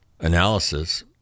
analysis